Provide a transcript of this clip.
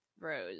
rose